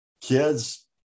kids